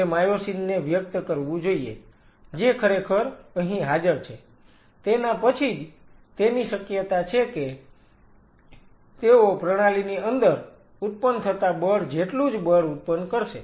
તેમણે તે માયોસિન ને વ્યક્ત કરવું જોઈએ જે ખરેખર અહીં હાજર છે તેના પછીજ તેની શક્યતા છે કે તેઓ પ્રણાલીની અંદર ઉત્પન્ન થતા બળ જેટલુ જ બળ ઉત્પન્ન કરશે